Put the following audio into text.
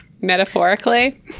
metaphorically